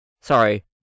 Sorry